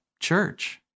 church